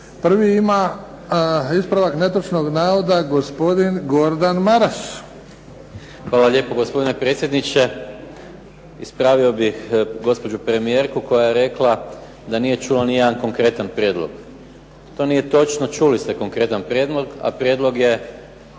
Prvi ima ispravak netočnog navoda gospodin Gordan Maras. **Maras, Gordan (SDP)** Hvala lijepo, gospodine predsjedniče. Ispravio bih gospođu premijerku koja je rekla da nije čula nijedan konkretan prijedlog. To nije točno. Čuli ste konkretan prijedlog, a prijedlog je